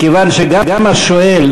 מכיוון שגם השואל,